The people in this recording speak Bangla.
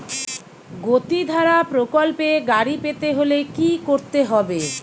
গতিধারা প্রকল্পে গাড়ি পেতে হলে কি করতে হবে?